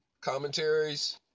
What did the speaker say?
commentaries